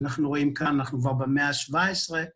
אנחנו רואים כאן, אנחנו כבר במאה ה-17.